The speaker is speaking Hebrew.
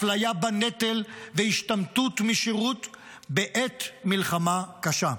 הפליה בנטל והשתמטות משירות בעת מלחמה קשה.